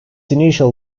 initial